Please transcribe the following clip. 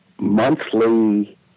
monthly